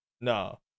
No